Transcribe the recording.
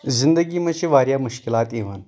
زندگی منٛز چھِ واریاہ مُشکلات یِوان